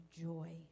joy